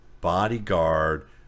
bodyguard